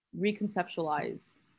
reconceptualize